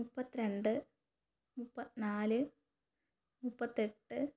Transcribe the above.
മുപ്പത്തിരണ്ട് മുപ്പത്തിനാല് മുപ്പത്തെട്ട്